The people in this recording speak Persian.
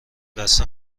بسته